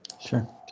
Sure